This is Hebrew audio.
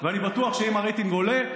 ואני בטוח שאם הרייטינג עולה,